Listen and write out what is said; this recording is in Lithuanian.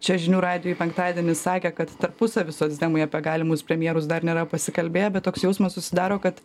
čia žinių radijui penktadienį sakė kad tarpusavy socdemai apie galimus premjerus dar nėra pasikalbėję bet toks jausmas susidaro kad